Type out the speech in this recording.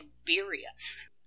Tiberius